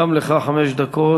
גם לך חמש דקות.